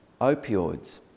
Opioids